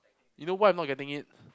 you know why I'm not getting it